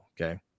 Okay